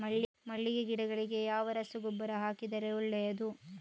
ಮಲ್ಲಿಗೆ ಗಿಡಗಳಿಗೆ ಯಾವ ರಸಗೊಬ್ಬರ ಹಾಕಿದರೆ ಒಳ್ಳೆಯದು?